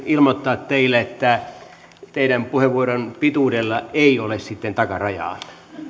ilmoittaa teille että teidän puheenvuoronne pituudella ei ole sitten takarajaa